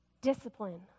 Discipline